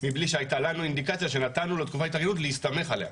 מבלי שהייתה לנו אינדיקציה שנתנו לו תקופת התארגנות להסתמך עליה.